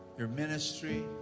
your ministry,